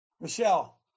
Michelle